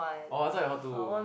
orh I thought you're hall two